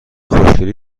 خوشگلی